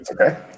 Okay